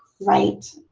right,